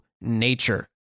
nature